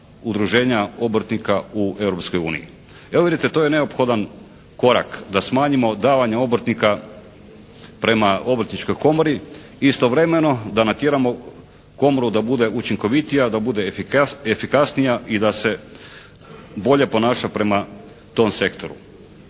udruženja obrtnika u Europskoj uniji. Evo vidite to je neophodan korak da smanjimo davanja obrtnika prema Obrtničkoj komori i istovremeno da natjeramo komoru da bude učinkovitija, da bude efikasnija i da se bolje ponaša prema tom sektoru.